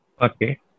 Okay